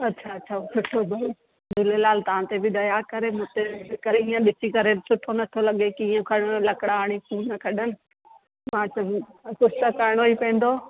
अछा अछा सुठो भई झुलेलाल तां ते बि दया करे मुते बि करे हिय ॾिसीं करे सुठो नथो लॻे की हीअं करणु लकिड़ा खणी ख़ून कढनि मां चयो कुझु त करिणो ई पवंदो